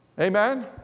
Amen